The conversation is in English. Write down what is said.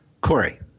Corey